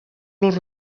los